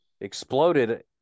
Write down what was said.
Exploded